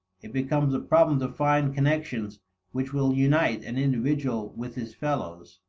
it becomes a problem to find connections which will unite an individual with his fellows.